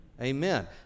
Amen